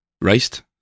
raced